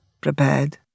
prepared